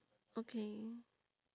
okay